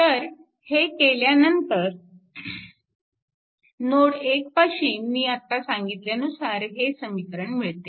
तर हे केल्यानंतर नोड 1 पाशी मी आता सांगितल्यानुसार हे समीकरण मिळते